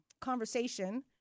conversation